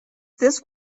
this